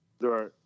right